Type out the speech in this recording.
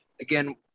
Again